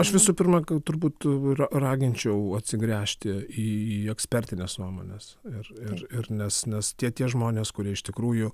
aš visų pirma turbūt turiu ir raginčiau atsigręžti į ekspertines nuomones ir ir nes nes tie žmonės kurie iš tikrųjų